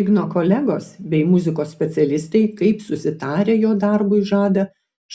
igno kolegos bei muzikos specialistai kaip susitarę jo darbui žada